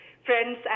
friends